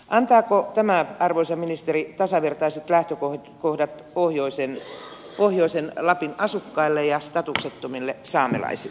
antaako tämä arvoisa ministeri tasavertaiset lähtökohdat pohjoisen lapin asukkaille ja statuksettomille saamelaisille